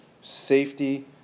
safety